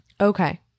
okay